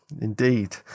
Indeed